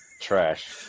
Trash